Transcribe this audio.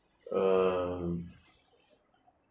um